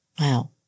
Wow